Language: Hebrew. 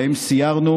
שבהם סיירנו,